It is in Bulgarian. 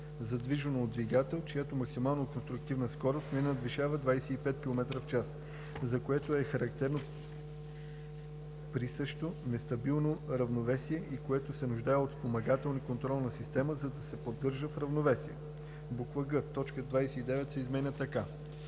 задвижвано от двигател, чиято максимална конструктивна скорост не надвишава 25 км/ч, за което е характерно присъщо нестабилно равновесие и което се нуждае от спомагателна контролна система, за да се поддържа в равновесие.“ г) точка 29 се изменя така: